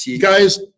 guys